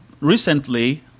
recently